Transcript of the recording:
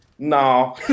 no